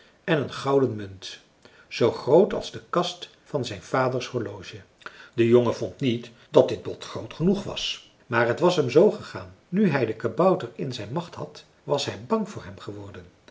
en een gouden munt zoo groot als de kast van zijn vaders horloge de jongen vond niet dat dit bod groot genoeg was maar het was hem zoo gegaan nu hij den kabouter in zijn macht had was hij bang voor hem geworden